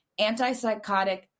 antipsychotic